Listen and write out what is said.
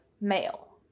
male